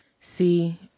See